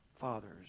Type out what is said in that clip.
fathers